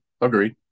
Agreed